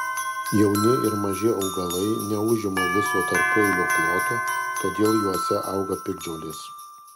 jauni ir maži augalai neužima viso tarpueilio ploto todėl juose auga piktžolės